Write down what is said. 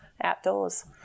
outdoors